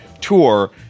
tour